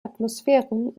atmosphären